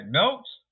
Notes